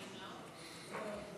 חוק עבודת